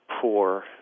poor